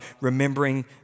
remembering